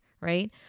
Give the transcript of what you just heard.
right